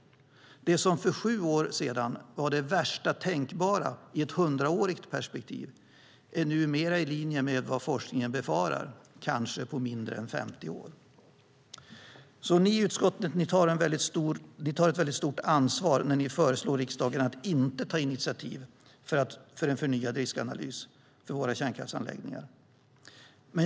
Det som för sju år sedan var det värsta tänkbara i ett hundraårigt perspektiv är nu mer i linje med vad forskningen befarar om kanske mindre än 50 år. Ni i utskottet tar på er ett väldigt stort ansvar när ni föreslår riksdagen att inte ta initiativ för en förnyad riskanalys för våra kärnkraftsanläggningar.